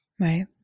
Right